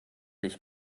ich